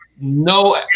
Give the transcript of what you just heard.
No